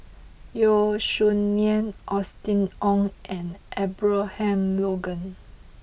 Yeo Song Nian Austen Ong and Abraham Logan